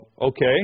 Okay